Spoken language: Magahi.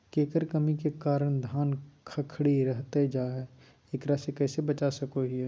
केकर कमी के कारण धान खखड़ी रहतई जा है, एकरा से कैसे बचा सको हियय?